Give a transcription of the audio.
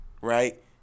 right